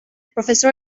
professor